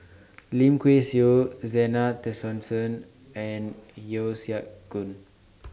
Lim Kay Siu Zena Tessensohn and Yeo Siak Goon